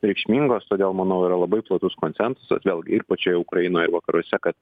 reikšmingos todėl manau yra labai platus konsensusas vėlgi ir pačioje ukrainoje vakaruose kad